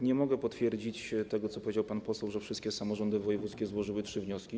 Nie mogę potwierdzić tego, co powiedział pan poseł, że wszystkie samorządy wojewódzkie złożyły trzy wnioski.